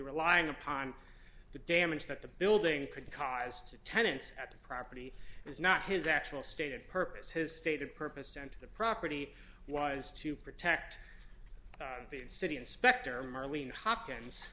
relying upon the damage that the building could cause to tenants at the property is not his actual stated purpose his stated purpose and the property was to protect the city inspector marlene hopkins